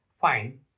fine